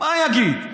מה יגיד?